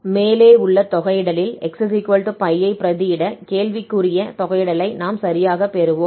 மேலே உள்ள தொகையிடலில் xπ ஐ பிரதியிட கேள்விக்குரிய தொகையிடலை நாம் சரியாகப் பெறுவோம்